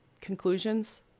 conclusions